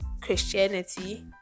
Christianity